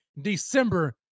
December